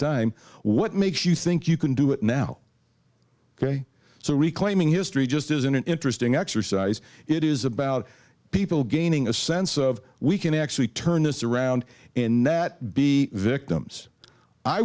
time what makes you think you can do it now ok so reclaiming history just isn't an interesting exercise it is about people gaining a sense of we can actually turn this around and not be victims i